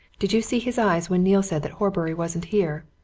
did you see his eyes when neale said that horbury wasn't here?